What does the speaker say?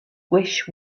wish